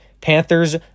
Panthers